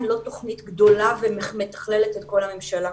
לא תוכנית גדולה ומתכללת את כל הממשלה.